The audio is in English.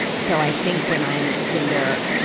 so i think when i'm, when there,